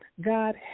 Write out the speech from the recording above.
God